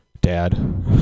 Dad